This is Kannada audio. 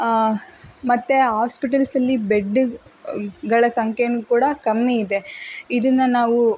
ಮತ್ತು ಆಸ್ಪಿಟಲ್ಸಲ್ಲಿ ಬೆಡ್ಗಳ ಸಂಖ್ಯೆಯೂ ಕೂಡ ಕಮ್ಮಿ ಇದೆ ಇದನ್ನು ನಾವು